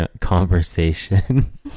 Conversation